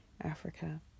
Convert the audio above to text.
Africa